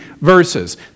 verses